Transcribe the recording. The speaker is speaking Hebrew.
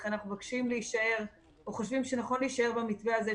לכן אנחנו חושבים שנכון להישאר במתווה הזה,